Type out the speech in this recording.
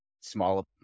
small